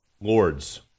lords